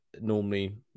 normally